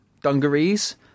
dungarees